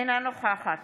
אינה נוכחת